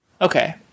Okay